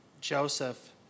Joseph